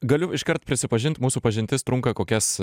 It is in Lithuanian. galiu iškart prisipažint mūsų pažintis trunka kokias